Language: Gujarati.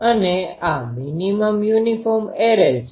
અને આ મીનીમમ યુનિફોર્મ એરે છે